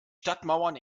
stadtmauern